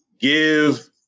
give